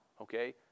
Okay